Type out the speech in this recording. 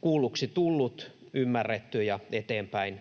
kuulluksi tullut ja ymmärretty, ja eteenpäin